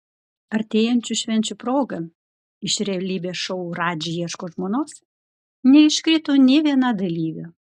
artėjančių švenčių proga iš realybės šou radži ieško žmonos neiškrito nė viena dalyvė